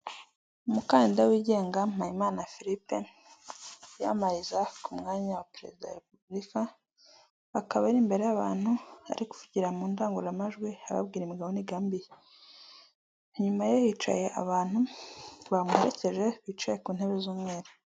Umukandida wigenga Mpayimana Philippe wiyamamariza ku mwanya wa perezida wa repubulika, akaba ari imbere y'abantu ari kuvugira mu ndangururamajwi ababwira imigabo n'imigambi ye, inyuma ye hicaye abantu bamuherekeje bicaye ku ntebe z'umweru.